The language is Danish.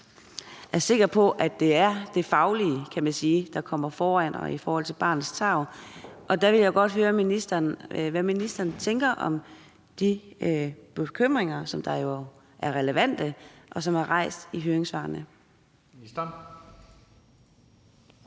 fald er sikker på, at det er det faglige, kan man sige, der kommer foran i forhold til barnets tarv. Der vil jeg godt høre ministeren, hvad ministeren tænker om de bekymringer, som jo er relevante, og som er rejst i høringssvarene. Kl.